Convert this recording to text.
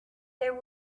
there